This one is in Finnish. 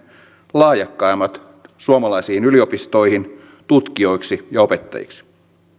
lahjakkaimmat suomalaisiin yliopistoihin tutkijoiksi ja opettajiksi